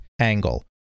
angle